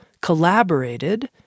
collaborated